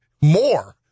more